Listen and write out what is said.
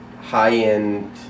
high-end